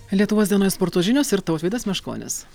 lietuvos dienoje sporto žinios ir tautvydas meškonis